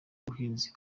ubuhinzi